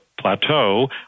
plateau